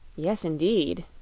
yes indeed,